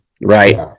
right